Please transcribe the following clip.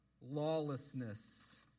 lawlessness